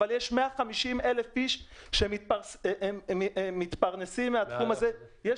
אבל יש 150,000 איש שמתפרנסים מהתחום הזה,